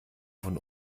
von